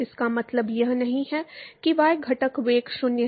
इसका मतलब यह नहीं है कि y घटक वेग 0 है